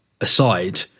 Aside